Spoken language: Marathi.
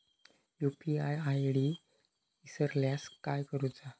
यू.पी.आय आय.डी इसरल्यास काय करुचा?